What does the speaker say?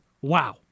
Wow